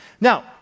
Now